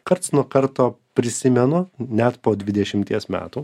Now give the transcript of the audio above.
karts nuo karto prisimenu net po dvidešimties metų